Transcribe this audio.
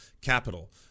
capital